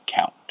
count